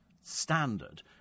standard